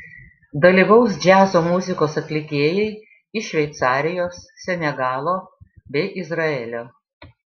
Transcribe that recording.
dalyvaus džiazo muzikos atlikėjai iš šveicarijos senegalo bei izraelio